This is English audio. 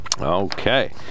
Okay